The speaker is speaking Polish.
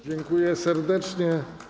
Dziękuję serdecznie.